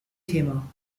thema